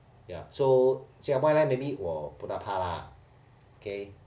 ya so singapore airline 我不大怕啦 K